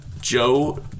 Joe